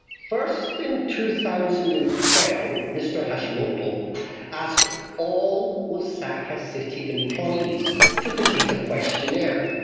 first in two thousand and twelve mr hashimoto asked all osaka city employees to complete a questionnaire,